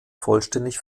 vollständig